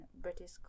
British